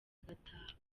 agataha